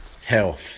Health